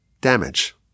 damage